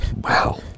wow